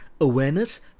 awareness